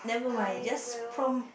I will